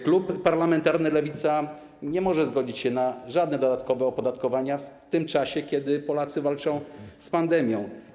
Klub parlamentarny Lewica nie może zgodzić się na żadne dodatkowe opodatkowania w tym czasie, kiedy Polacy walczą z pandemią.